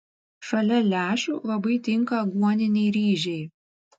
šalia lęšių labai tinka aguoniniai ryžiai